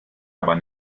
aber